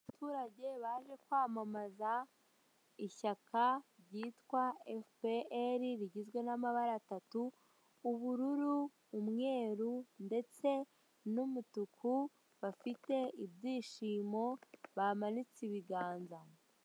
Abaturage baje kwamamaza ishyaka ryitwa efuperi rigizwe n'amabara atatu ubururu umweru ndetse n'umutuku bafite ibyishimo bamanitse ibiganza.